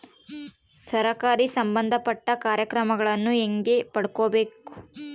ಸರಕಾರಿ ಸಂಬಂಧಪಟ್ಟ ಕಾರ್ಯಕ್ರಮಗಳನ್ನು ಹೆಂಗ ಪಡ್ಕೊಬೇಕು?